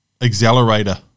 accelerator